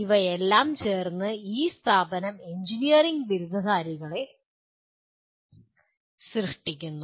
ഇവരെല്ലാം ചേർന്ന് ഈ സ്ഥാപനം എഞ്ചിനീയറിംഗ് ബിരുദധാരികളെ സൃഷ്ടിക്കുന്നു